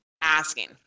asking